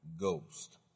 Ghost